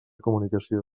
comunicació